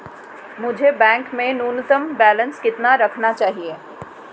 मुझे बैंक में न्यूनतम बैलेंस कितना रखना चाहिए?